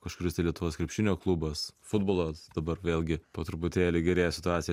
kažkuris tai lietuvos krepšinio klubas futbolas dabar vėlgi po truputėlį gerėja situacija